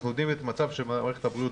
אנחנו יודעים את המצב של מערכת הבריאות